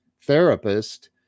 therapist